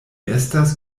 estas